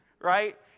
Right